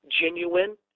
genuine